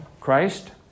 Christ